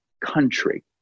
country